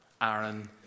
Aaron